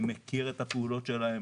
אני מכיר את הפעולות שלהם,